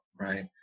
right